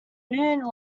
new